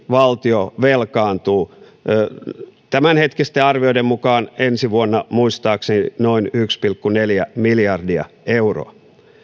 valtio velkaantuu tämänhetkisten arvioiden mukaan muistaakseni noin yksi pilkku neljä miljardia euroa